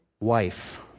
wife